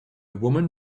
woman